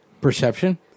Perception